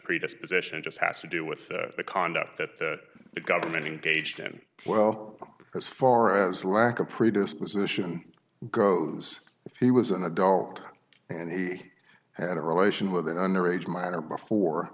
predisposition just has to do with the conduct that the government engaged in well as far as lack of predisposition goes if he was an adult and he had a relation with an under age minor before